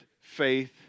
faith